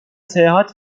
seyahat